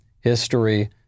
history